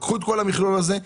קחו את המכלול הזה,